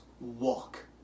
walk